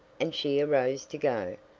and she arose to go,